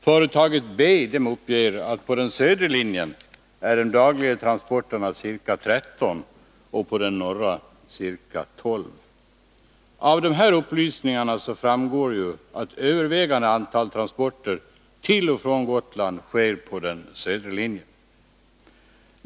Företag B uppger att på den södra linjen de dagliga transporterna är ca 13 och på den norra ca 12. Av dessa upplysningar framgår att det övervägande antalet transporter till och från Gotland sker på den södra linjen.